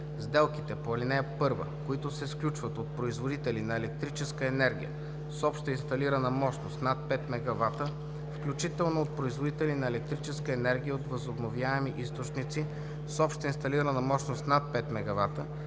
Сделките по ал. 1, които се сключват от производители на електрическа енергия с обща инсталирана мощност над 5 MW, включително от производители на електрическа енергия от възобновяеми източници с обща инсталирана мощност над 5 MW, както